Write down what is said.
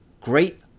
Great